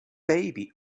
baby